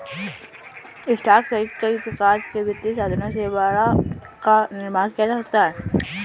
stock सहित कई प्रकार के वित्तीय साधनों से बाड़ा का निर्माण किया जा सकता है